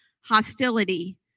hostility